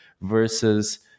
versus